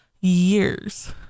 years